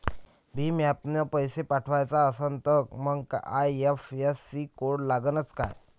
भीम ॲपनं पैसे पाठवायचा असन तर मंग आय.एफ.एस.सी कोड लागनच काय?